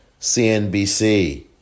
CNBC